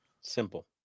Simple